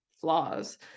flaws